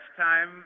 time